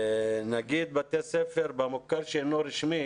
נגיד בתי ספר במוכר שאינו רשמי